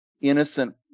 innocent